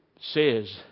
says